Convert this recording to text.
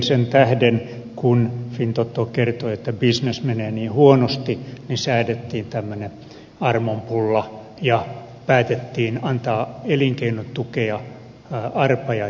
sen tähden kun fintoto kertoi että bisnes menee niin huonosti säädettiin tämmöinen armonpulla ja päätettiin antaa elinkeinotukea arpajaisveron muodossa